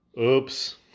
Oops